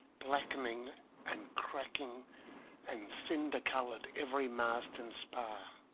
blackening and cracking and cinder-colouring every mast and spar.